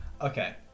Okay